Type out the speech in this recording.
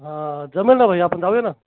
जमेल ना भाई आपण जाऊया ना